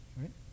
right